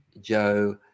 Joe